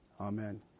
Amen